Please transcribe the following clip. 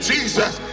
Jesus